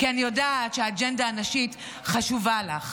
כי אני יודעת שהאג'נדה הנשית חשובה לך.